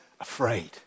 afraid